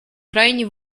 крайне